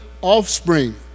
offspring